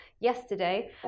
Yesterday